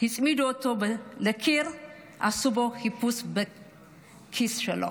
הם הצמידו אותו לקיר, עשו לו חיפוש בכיס שלו.